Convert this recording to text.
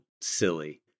silly